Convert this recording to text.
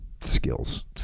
Skills